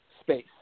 space